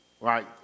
Right